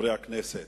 חברי הכנסת,